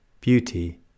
beauty